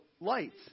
lights